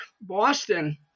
Boston